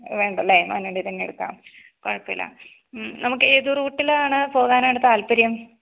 വേണ്ടല്ലെ manually തന്നെ എടുക്കാം കുഴപ്പമില്ല നമുക്കേത് റൂട്ടിലാണ് പോകാനാണ് താല്പര്യം